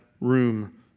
room